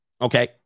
Okay